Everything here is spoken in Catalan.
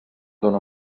dóna